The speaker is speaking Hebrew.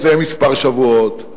כמו ההחלטה על 20 דירות לפני שבועות מספר,